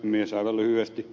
aivan lyhyesti